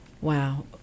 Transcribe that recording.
Wow